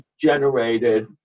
generated